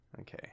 okay